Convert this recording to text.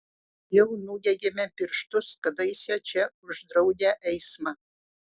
jau nudegėme pirštus kadaise čia uždraudę eismą